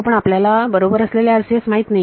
हो पण आपल्याला बरोबर असलेले RCS माहित नाही